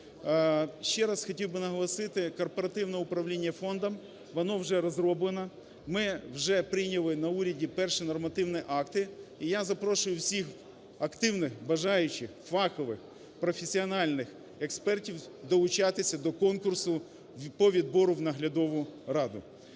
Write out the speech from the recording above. Ще раз хотів би наголосити, корпоративне управління фондом воно вже розроблено. Ми вже прийняли на уряді перші нормативні акти, і я запрошую всіх активних бажаючих фахових, професіональних експертів долучатися до конкурсу по відбору в Наглядову раду.